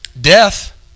death